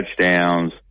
touchdowns